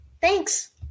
thanks